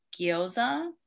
gyoza